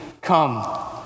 come